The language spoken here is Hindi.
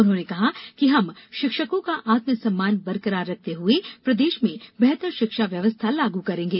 उन्होंने कहा कि हम शिक्षकों का आत्मसम्मान बरकरार रखते हुए प्रदेश में बेहतर शिक्षा व्यवस्था लाग करेंगे